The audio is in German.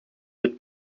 mit